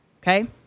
Okay